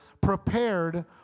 prepared